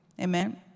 Amen